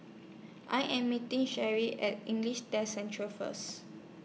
I Am meeting Shellie At English Test Centre First